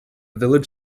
village